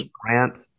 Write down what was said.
Grant